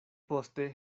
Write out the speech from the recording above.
poste